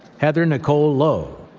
heather nicole lowe.